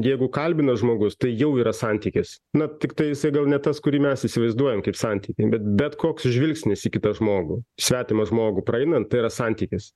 jeigu kalbina žmogus tai jau yra santykis na tiktai jisai gal ne tas kurį mes įsivaizduojam kaip santykį bet bet koks žvilgsnis į kitą žmogų svetimą žmogų praeinant tai yra santykis